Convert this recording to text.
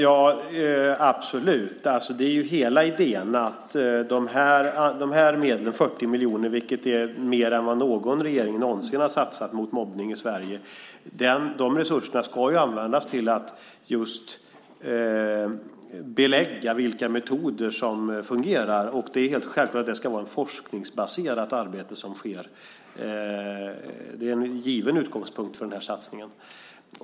Fru talman! Absolut! Hela idén är att dessa 40 miljoner - vilket är mer än vad någon regering någonsin har satsat mot mobbning i Sverige - ska användas till att just belägga vilka metoder som fungerar. Det är helt självklart att det ska vara ett forskningsbaserat arbete. Det är en given utgångspunkt för denna satsning.